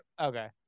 okay